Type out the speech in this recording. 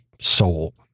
soul